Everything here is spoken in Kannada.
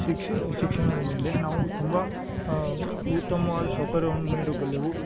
ಶಿಕ್ಷೆ ಶಿಕ್ಷಣದ ಮೇಲೆ ನಾವು ತುಂಬ ಉತ್ತಮವಾದ ಸೌಕರ್ಯವನ್ನು ನೀಡಬಲ್ಲೆವು